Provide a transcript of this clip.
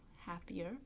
happier